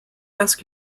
ask